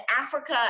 Africa